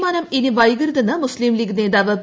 തീരുമാനം ഇനി വൈകരുതെന്ന് മുസ്തീംലീഗ് നേതാവ് പി